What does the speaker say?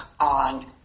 on